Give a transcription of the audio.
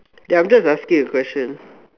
okay I'm just asking a question